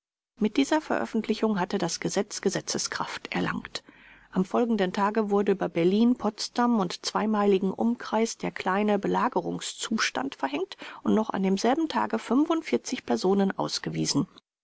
mit dieser veröffentlichung hatte das gesetz gesetzeskraft erlangt am folgenden tage wurde über berlin potsdam und zweimeiligen umkreis der kleine belagerungszustand verhängt und noch an demselben tage personen ausgewiesen